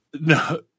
no